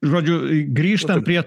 žodžiu grįžtant prie